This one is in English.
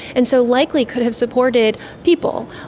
and so likely could have supported people.